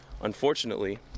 unfortunately